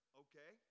okay